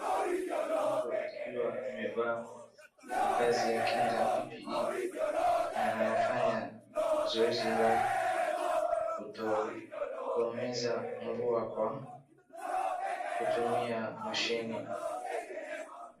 Mtu akiwa amevaa mavazi ya kinga PPE ,na anafanya zoezi la kutokomeza buwa kwa kutumia mashini.